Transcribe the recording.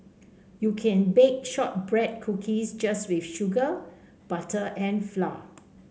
you can bake shortbread cookies just with sugar butter and flour